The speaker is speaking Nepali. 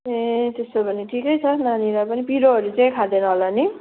ए त्यसो भने ठिकै छ नानीलाई पनि पिरोहरू चाहिँ खाँदैन होला नि